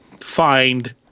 find